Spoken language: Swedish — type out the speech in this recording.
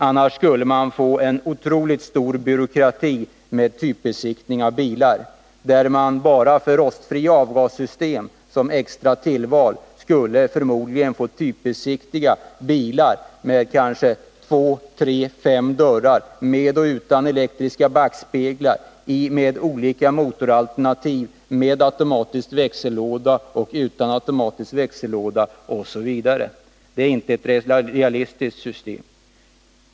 Annars skulle man få en otroligt stor byråkrati vid typbesiktning av bilar. Förmodligen skulle man bara för rostfritt avgassystem som extra tillval vara tvungen typbesiktiga bilar med kanske två, tre eller fem dörrar, med eller utan elektriska backspeglar, med olika motoralternativ, med automatisk växellåda och utan automatisk växellåda osv. Det är inte ett realistiskt system.